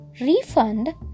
Refund